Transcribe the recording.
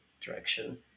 direction